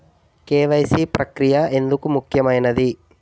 KYC ప్రక్రియ ఎందుకు ముఖ్యమైనది?